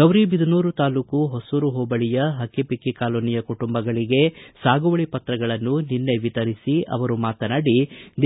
ಗೌರಿಬಿದನೂರು ತಾಲೂಕು ಹೊಸೂರು ಹೋಬಳಿಯ ಹಕ್ಕಿಪಿಕ್ಕಿ ಕಾಲೋನಿಯ ಕುಟುಂಬಗಳಿಗೆ ಸಾಗುವಳಿ ಪತ್ರಗಳನ್ನು ನಿನ್ನೆ ವಿತರಿಸಿ ಅವರು ಮಾತನಾಡಿ